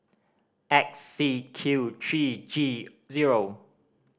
X C Q three G zero